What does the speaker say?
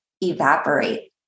evaporate